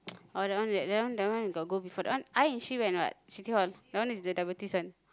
oh that one that that one that one I got go before that one I and she went what City-Hall that one is the diabetes one